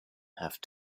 have